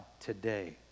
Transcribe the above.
today